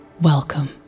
Welcome